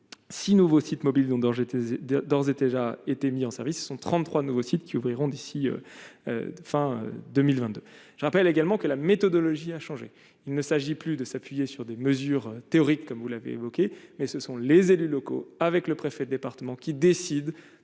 6 nouveaux sites mobiles d'ores et déjà été mis en service, ce sont 33 nouveaux sites qui ouvriront d'ici fin 2022 je rappelle également que la méthodologie a changé, il ne s'agit plus de s'appuyer sur des mesures théoriques, comme vous l'avez évoqué mais ce sont les élus locaux avec le préfet du département, qui décide